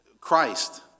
Christ